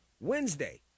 Wednesday